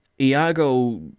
Iago